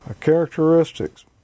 characteristics